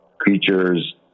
creatures